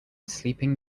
sleeping